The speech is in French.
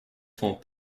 font